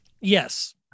Yes